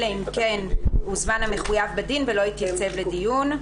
אלא אם הוזמן המחויב בדין ולא התייצב לדיון.